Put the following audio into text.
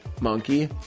monkey